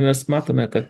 mes matome kad